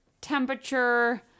temperature